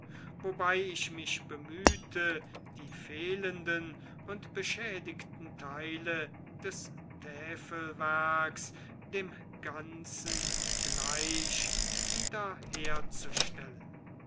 wobei ich mich bemühte die fehlenden oder beschädigten teile des täfelwerks dem ganzen gleich wiederherzustellen